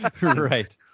Right